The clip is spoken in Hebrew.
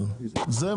אבל זה,